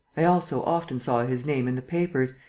i also often saw his name in the papers,